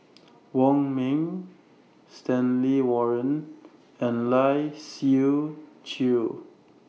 Wong Ming Stanley Warren and Lai Siu Chiu